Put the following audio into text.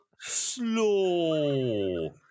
slow